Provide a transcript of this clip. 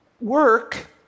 work